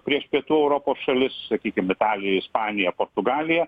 prieš pietų europos šalis sakykim italiją ispaniją portugaliją